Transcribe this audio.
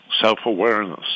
self-awareness